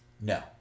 No